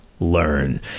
learn